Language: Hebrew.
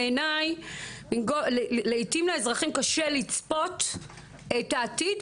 בעיני לעיתים לאזרחים קשה לצפות את העתיד,